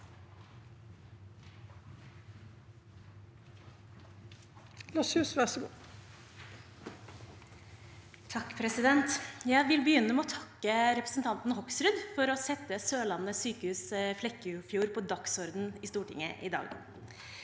(KrF) Jeg vil begynne med å takke representanten Hoksrud for å sette Sørlandet sykehus Flekkefjord på dagsordenen i Stortinget i dag.